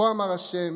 "כה אמר ה',